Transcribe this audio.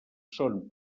són